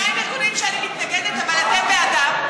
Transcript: ומה עם ארגונים שאני מתנגדת אבל אתם בעדם?